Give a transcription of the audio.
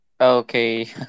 Okay